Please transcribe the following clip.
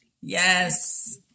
Yes